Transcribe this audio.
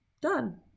Done